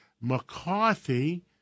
McCarthy